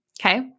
Okay